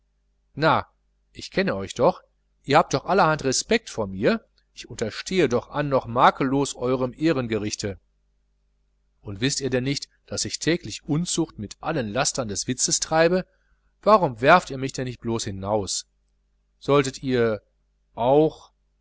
na ich kenne euch doch ihr habt doch allerhand respekt vor mir ich unterstehe doch annoch makellos eurem ehrengerichte wißt ihr denn nicht daß ich täglich unzucht mit allen lastern des witzes treibe warum werft ihr mich denn nicht hinaus solltet ihr auch